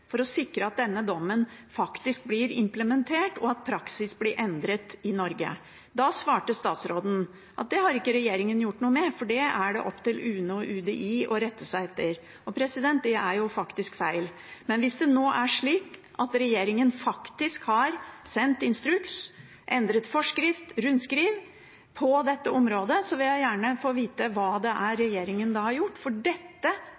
for å sikre at denne dommen faktisk blir implementert, og at praksis blir endret i Norge? Og da svarte statsråden at det har ikke regjeringen gjort noe med, for det er det opp til UNE og UDI å rette seg etter. Det er faktisk feil. Men hvis det nå er slik at regjeringen har sendt instruks og rundskriv og endret forskrift på dette området, vil jeg gjerne få vite hva regjeringen da har gjort, for dette